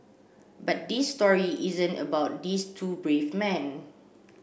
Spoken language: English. but this story isn't about these two brave men